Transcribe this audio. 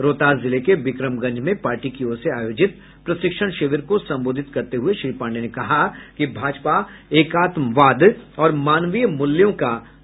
रोहतास जिले के विक्रमगंज में पार्टी की ओर से आयोजित प्रशिक्षण शिविर को संबोधित करते हुए श्री पांडेय ने कहा कि भाजपा एकात्मवाद और मानवीय मूल्यों का पक्षधर रही है